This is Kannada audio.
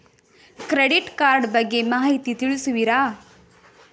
ಕ್ರೆಡಿಟ್ ಕಾರ್ಡ್ ಬಗ್ಗೆ ಮಾಹಿತಿ ತಿಳಿಸುವಿರಾ?